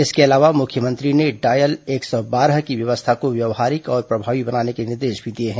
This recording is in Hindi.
इसके अलावा मुख्यमंत्री ने डायल एक सौ बारह की व्यवस्था को व्यवहारिक और प्रभावी बनाने के निर्देश दिए हैं